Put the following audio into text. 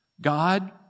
God